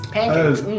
Pancakes